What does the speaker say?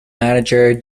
manager